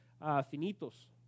finitos